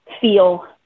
feel